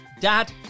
Dad